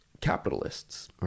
capitalists